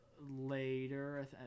later